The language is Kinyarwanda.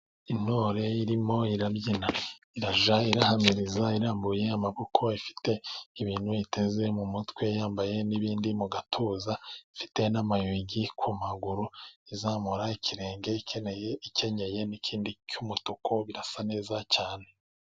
Intore irimo ibyina irajya ihamiriza irambuye amaboko ifite ibintu iteze mu mutwe yambaye n'ibindi mu gatuza, ifite n'amayugi ku maguru izamura ikirenge ikenyeye n'ikindi cy'umutuku birasa neza cyane.